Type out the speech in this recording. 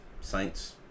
Saints